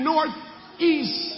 Northeast